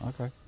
okay